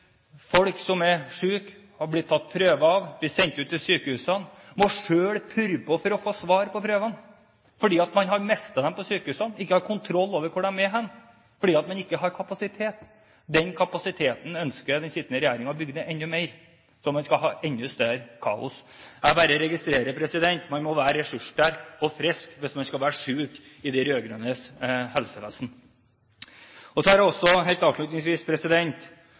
folk som er syke, som har blitt tatt prøver av, og prøvene er blitt sendt ut til sykehusene, selv må purre på for å få svar på dem, fordi man har mistet dem på sykehusene, ikke har kontroll over hvor de er, fordi man ikke har kapasitet. Den kapasiteten ønsker den sittende regjeringen å bygge ned enda mer, så man skal få enda større kaos. Jeg bare registrerer at man må være ressurssterk og frisk hvis man skal være syk i de rød-grønnes helsevesen. Så har jeg helt avslutningsvis